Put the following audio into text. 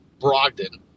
Brogdon